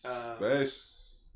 space